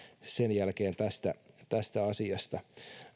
sen jälkeen keskustelua tästä asiasta